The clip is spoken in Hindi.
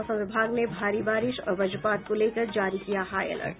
मौसम विभाग ने भारी बारिश और वजपात को लेकर जारी किया हाई अलर्ट